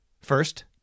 First—